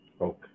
Okay